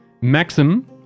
Maxim